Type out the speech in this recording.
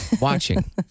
watching